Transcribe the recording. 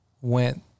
went